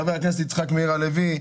חבר הכנסת יצחק מאיר הלוי,